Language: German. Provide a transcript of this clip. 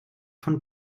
von